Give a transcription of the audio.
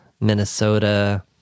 Minnesota